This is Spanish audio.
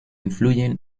influyen